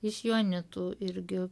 iš joanitų irgi